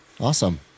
awesome